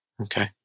Okay